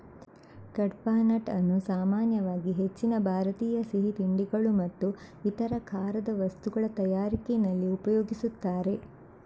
ಕಡ್ಪಾಹ್ನಟ್ ಅನ್ನು ಸಾಮಾನ್ಯವಾಗಿ ಹೆಚ್ಚಿನ ಭಾರತೀಯ ಸಿಹಿ ತಿಂಡಿಗಳು ಮತ್ತು ಇತರ ಖಾರದ ವಸ್ತುಗಳ ತಯಾರಿಕೆನಲ್ಲಿ ಉಪಯೋಗಿಸ್ತಾರೆ